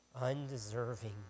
undeserving